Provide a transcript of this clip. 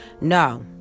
No